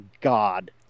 god